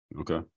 Okay